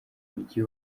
mujyi